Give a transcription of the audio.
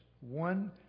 One